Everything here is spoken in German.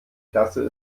klasse